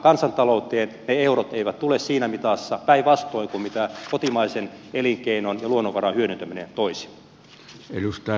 kansantalouteen ne eurot eivät tule siinä mitassa päinvastoin kuin mitä kotimaisen elinkeinon ja luonnonvaran hyödyntäminen toisi